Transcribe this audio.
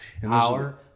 Power